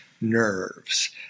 nerves